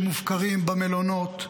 שמופקרים במלונות,